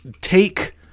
take